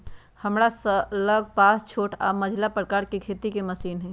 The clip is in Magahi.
हमरा लग पास छोट आऽ मझिला प्रकार के खेती के मशीन हई